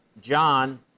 John